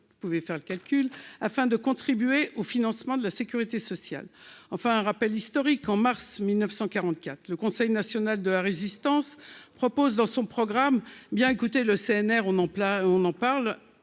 vous pouvez faire le calcul afin de contribuer au financement de la Sécurité sociale, enfin un rappel historique, en mars 1944 le Conseil national de la Résistance propose dans son programme, bien écoutez le CNR on en plat,